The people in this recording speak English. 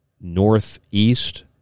northeast